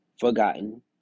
forgotten